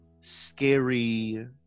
scary